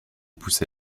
poussent